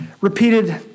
repeated